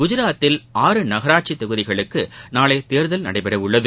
குஜராத்தில் ஆறு நகராட்சி தொகுதிகளுக்கு நாளை தேர்தல் நடைபெற உள்ளது